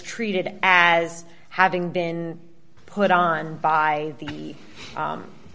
treated as having been put on by the